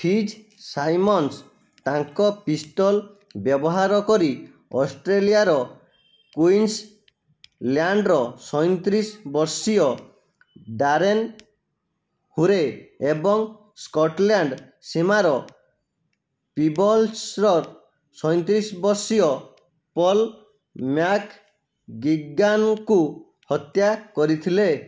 fees ସାଇମନ୍ସ୍ ତାଙ୍କ pistol ବ୍ୟବହାର କରି ଅଷ୍ଟ୍ରେଲିଆର କୁଇନ୍ସ୍ ଲ୍ୟାଣ୍ଡ୍ର ସଇଁତିରିଶ ବର୍ଷୀୟ ଡାରେନ୍ ହୋରେ ଏବଂ ସ୍କଟ୍ଲ୍ୟାଣ୍ଡ୍ ସୀମାର ପିବଲ୍ସ୍ର ସଇଁତିରିଶ ବର୍ଷୀୟ ପଲ୍ ମ୍ୟାକ୍ଗିଗାନ୍ଙ୍କୁ ହତ୍ୟା କରିଥିଲେ